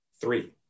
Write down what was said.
Three